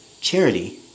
charity